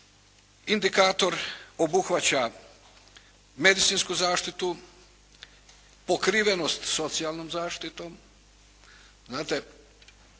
indikator, obuhvaća medicinsku zaštitu, pokrivenost socijalnom zaštitom.